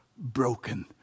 broken